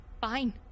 Fine